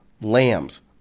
Lambs